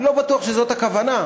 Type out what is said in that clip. אני לא בטוח שזו הכוונה,